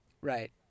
Right